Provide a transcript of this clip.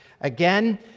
again